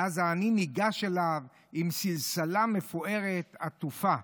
ואז העני ניגש אליו עם סלסלה מפוארת עטופה.